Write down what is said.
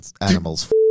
animal's